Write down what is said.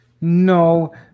No